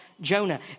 Jonah